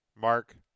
Mark